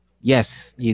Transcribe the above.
yes